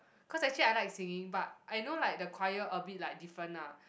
cause actually I like singing but I know like the choir a bit like different lah